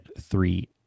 three